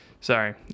Sorry